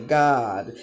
god